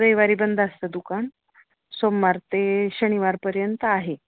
रविवारी बंद असतं दुकान सोमवार ते शनिवारपर्यंत आहे